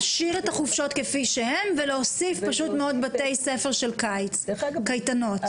להשאיר את החופשות כפי שהן ולהוסיף בתי ספר של קיץ קייטנות.